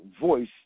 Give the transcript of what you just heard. voice